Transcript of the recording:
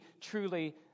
truly